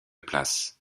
place